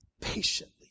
patiently